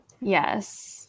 Yes